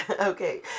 Okay